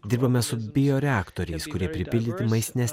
dirbame su bioreaktoriais kurie pripildyti maistinės